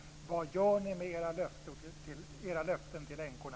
Vad gör ni med era löften till änkorna?